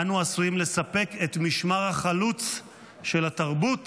אנו עשויים לספק את משמר החלוץ של התרבות